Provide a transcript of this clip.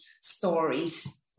stories